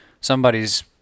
somebody's